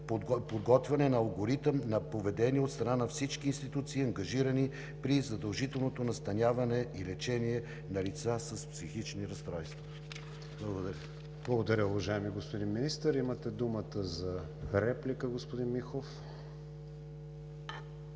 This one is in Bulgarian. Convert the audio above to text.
подготвяне на алгоритъм на поведение от страна на всички институции, ангажирани при задължителното настаняване и лечение на лица с психични разстройства. Благодаря. ПРЕДСЕДАТЕЛ КРИСТИАН ВИГЕНИН: Благодаря, уважаеми господин Министър. Имате думата за реплика, господин Михов. МИЛЕН